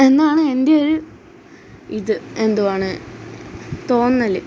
എന്നാണ് എന്റെ ഒര് ഇത് എന്തുവാണ് തോന്നല്